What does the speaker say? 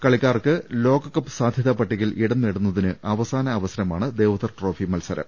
കളിക്കാർക്ക് ലോകകപ്പ് സാധ്യതാ പട്ടികയിൽ ഇടം നേടുന്നതിന് അവ സാന അവസരമാണ് ദേവ്ധർ ട്രോഫി മത്സരം